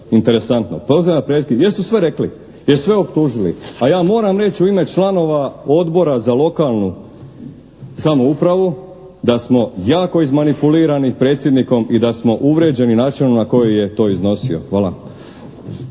Interesantno. Poziva na prekid, jesu sve rekli? Jesu sve optužili? A ja moram reći u ime članova Odbora za lokalnu samoupravu da smo jako izmanipulirani predsjednikom i da smo uvrijeđeni načinom na koji je to iznosio. Hvala.